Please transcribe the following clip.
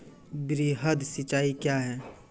वृहद सिंचाई कया हैं?